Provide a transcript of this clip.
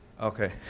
Okay